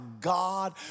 God